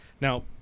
Now